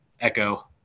echo